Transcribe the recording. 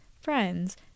friends